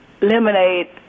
lemonade